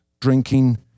drinking